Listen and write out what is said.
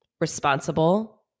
responsible